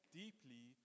deeply